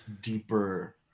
deeper